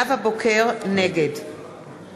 נגד